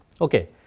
okay